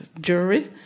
jury